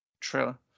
trailer